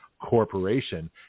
Corporation